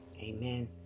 Amen